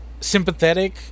sympathetic